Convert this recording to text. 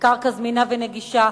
בקרקע זמינה ונגישה,